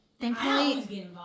thankfully